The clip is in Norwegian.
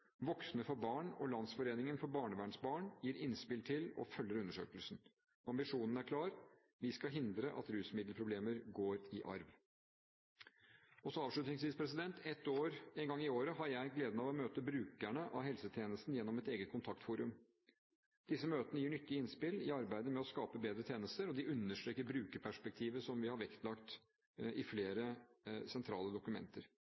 Voksne for Barn og Landsforeningen for barnevernsbarn, gir innspill til og følger undersøkelsen. Ambisjonen er klar: Vi skal hindre at rusmiddelproblemer går i arv. Avslutningsvis: En gang i året har jeg gleden av å møte brukerne av helsetjenesten gjennom et eget kontaktforum. Disse møtene gir nyttige innspill i arbeidet med å skape bedre tjenester, og de understreker brukerperspektivet som vi har vektlagt i flere sentrale dokumenter.